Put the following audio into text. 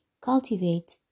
Cultivate